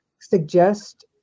suggest